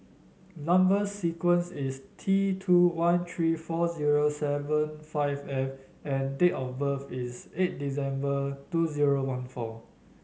number sequence is T two one three four zero seven five F and date of birth is eight December two zero one four